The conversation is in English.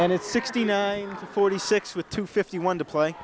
and it's sixty nine forty six with two fifty one to play